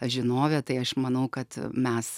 žinovė tai aš manau kad mes